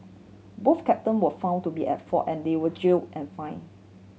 both captain were found to be at fault and they were jailed and fined